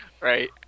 Right